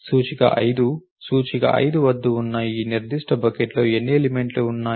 సూచిక 5 సూచిక 5 వద్ద వున్న ఆ నిర్దిష్ట బకెట్లో ఎన్ని ఎలిమెంట్లు ఉన్నాయి